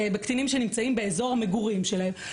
בקטינים שנמצאים באזור המגורים שלהם,